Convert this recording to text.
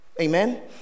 Amen